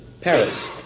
Paris